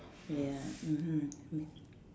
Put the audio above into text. ya mmhmm mm